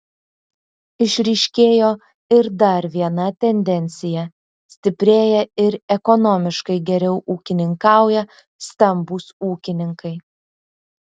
išryškėjo ir dar viena tendencija stiprėja ir ekonomiškai geriau ūkininkauja stambūs ūkininkai